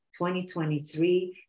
2023